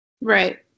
Right